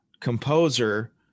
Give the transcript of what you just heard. composer